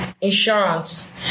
insurance